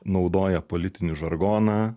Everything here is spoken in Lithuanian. naudoja politinį žargoną